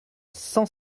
cent